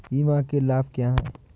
बीमा के लाभ क्या हैं?